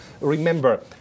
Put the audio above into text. remember